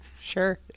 sure